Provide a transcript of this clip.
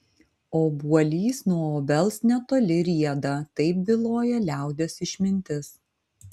obuolys nuo obels netoli rieda taip byloja liaudies išmintis